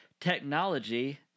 technology